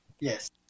Yes